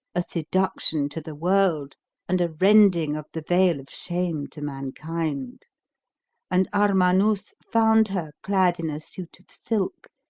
a seduction to the world and a rending of the veil of shame to mankind and armanus found her clad in a suit of silk,